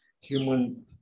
human